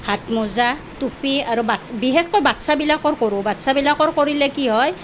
হাত মোজা টুপি আৰু বাচ বিশেষকৈ বাচ্চাবিলাকৰ কৰোঁ বাচ্চাবিলাকৰ কৰিলে কি হয়